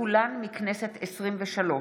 כולן מהכנסת העשרים-ושלוש,